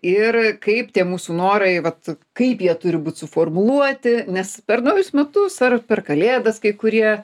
ir kaip tie mūsų norai vat kaip jie turi būt suformuluoti nes per naujus metus ar per kalėdas kai kurie